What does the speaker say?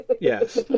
Yes